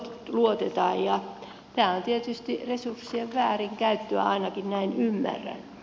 tämä on tietysti resurssien väärinkäyttöä ainakin näin ymmärrän